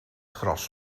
gras